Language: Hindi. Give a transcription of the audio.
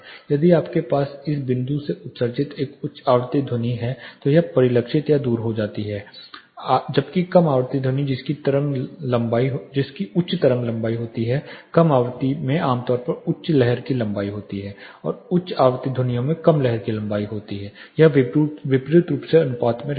यदि आपके पास इस बिंदु से उत्सर्जित एक उच्च आवृत्ति ध्वनि है तो यह परावर्तित या दूर हो जाती है जबकि कम आवृत्ति ध्वनि जिसमें उच्च तरंग लंबाई होती है कम आवृत्ति में आमतौर पर उच्च लहर की लंबाई होती है और उच्च आवृत्ति ध्वनियों में कम लहर की लंबाई होती है वह विपरीत रूप से अनुपात में रहता है